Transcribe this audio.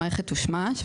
המערכת תושמש,